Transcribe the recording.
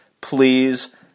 please